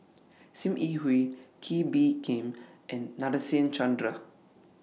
SIM Yi Hui Kee Bee Khim and Nadasen Chandra